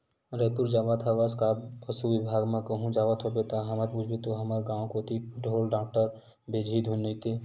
रइपुर जावत हवस का पसु बिभाग म कहूं जावत होबे ता हमर पूछबे तो हमर गांव कोती ढोर डॉक्टर भेजही धुन नइते